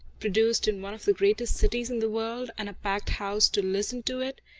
produced in one of the greatest cities in the world, and a packed house to listen to it,